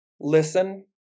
listen